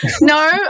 No